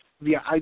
via